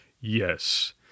Yes